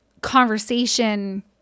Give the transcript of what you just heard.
conversation